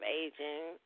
aging